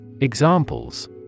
Examples